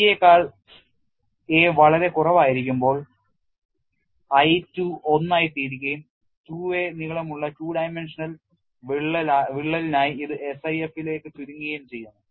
c യെക്കാൾ a വളരെ കുറവായിരിക്കുമ്പോൾ I 2 1 ആയിത്തീരുകയും 2a നീളമുള്ള two dimensional വിള്ളലിനായി ഇത് SIF ലേക്ക് ചുരുങ്ങുകയും ചെയ്യുന്നു